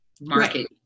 market